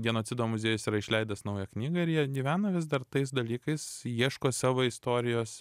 genocido muziejus yra išleidęs naują knygą ir jie gyvena vis dar tais dalykais ieško savo istorijos